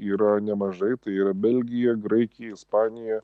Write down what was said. yra nemažai tai yra belgija graikija ispanija